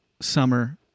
summer